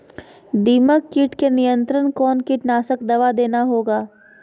दीमक किट के नियंत्रण कौन कीटनाशक दवा देना होगा?